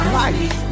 life